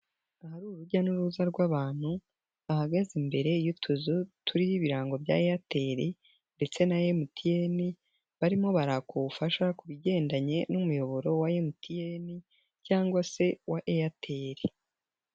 Ahari urujya n'uruza rw'abantu bahagaze imbere y'utuzu turiho ibirango bya airtel ndetse na MTN barimo baraka ubufasha ku bigendanye n'umuyoboro wa MTN cyangwa se wa airtel.